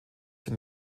sind